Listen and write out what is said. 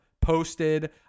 posted